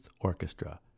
Orchestra